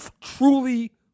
truly